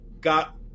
got